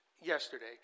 yesterday